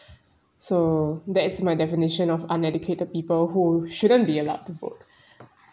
so that is my definition of uneducated people who shouldn't be allowed to vote